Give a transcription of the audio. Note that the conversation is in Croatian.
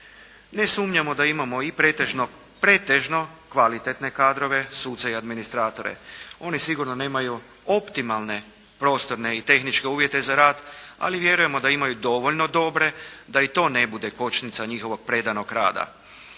Ne sumnjamo da imamo i pretežno kvalitetne kadrove, suce i administratore. Oni sigurno nemaju optimalne prostorne i tehničke uvjete za rad, ali vjerujemo da imaju dovoljno dobre da i to ne bude kočnica njihovog predanog rada.